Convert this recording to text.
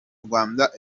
rwanda